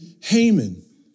Haman